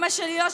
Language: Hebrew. גאה,